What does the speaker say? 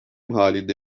halinde